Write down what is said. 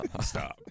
Stop